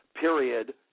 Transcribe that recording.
period